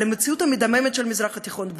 על המציאות המדממת של המזרח התיכון,